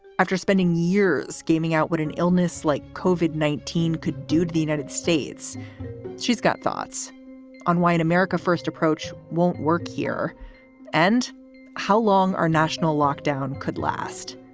after spending years scheming out what an illness like covered nineteen could do to the united states she's got thoughts on why an america first approach won't work here and how long our national lockdown could last.